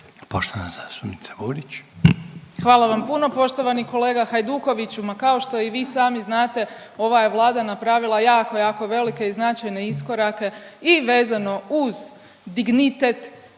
**Burić, Majda (HDZ)** Hvala vam puno poštovani kolega Hajdukoviću, ma kao što i vi sami znate ova je Vlada napravila jako, jako velike i značajne iskorake i vezano uz dignitet